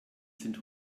sind